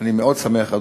אני מאוד שמח,